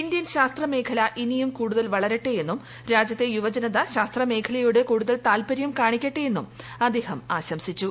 Indian ശാസ്ത്ര മേഖല ഇനിയും കൂടുതൽ വളരട്ടെയന്നും രാജ്യത്തെ യുവജനത ശാസ്ത്ര മേഖലയോട് കൂടുതൽ താൽപര്യം കാണിക്കട്ടെയെന്നും അദ്ദേഹം ആശംസിച്ചു